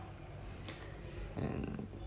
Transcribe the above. and